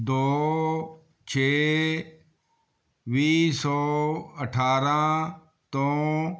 ਦੋ ਛੇ ਵੀਹ ਸੌ ਅਠਾਰ੍ਹਾਂ ਤੋਂ